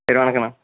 சரி வணக்கணா